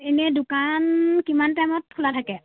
এনেই দোকান কিমান টাইমত খোলা থাকে